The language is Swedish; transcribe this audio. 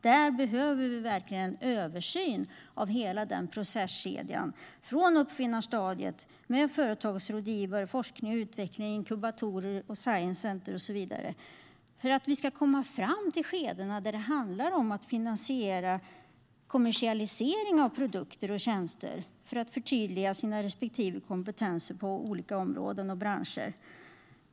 Det gäller från uppfinnarstadiet med företagsrådgivare, forskning och utveckling i inkubatorer, till science center och så vidare. Vi måste komma fram till skedena där det handlar om att finansiera kommersialisering av produkter och tjänster, för att förtydliga deras respektive kompetenser på olika områden och i olika branscher.